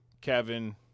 kevin